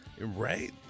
Right